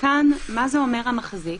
מה זה אומר, המחזיק?